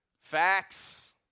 Facts